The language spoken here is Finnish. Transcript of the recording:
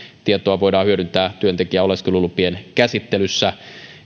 tietoa voidaan hyödyntää työntekijän oleskelulupien käsittelyssä